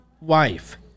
wife